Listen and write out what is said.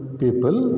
people